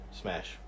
Smash